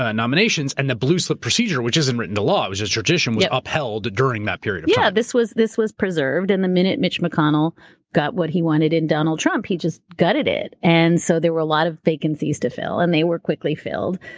ah nominations and the blue slip procedure, which isn't written to law, it was just tradition, was upheld during that period of time. yeah, this was this was preserved, and the minute mitch mcconnell got what he wanted in donald trump, he just gutted it. and so there were a lot of vacancies to fill and they were quickly filled,